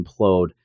implode